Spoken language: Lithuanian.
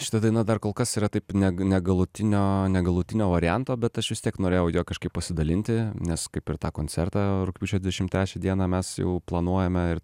šita daina dar kol kas yra taip ne negalutinio negalutinio varianto bet aš vis tiek norėjau ja kažkaip pasidalinti nes kaip ir tą koncertą rugpjūčio dvidešimt trečią dieną mes jau planuojame ir